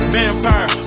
Vampire